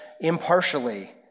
impartially